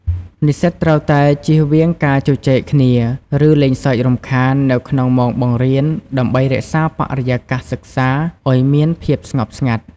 និស្សិតត្រូវតែ ជៀសវាងការជជែកគ្នា ឬលេងសើចរំខាន នៅក្នុងម៉ោងបង្រៀន ដើម្បីរក្សាបរិយាកាសសិក្សាឱ្យមានភាពស្ងប់ស្ងាត់។